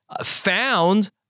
found